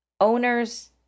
owners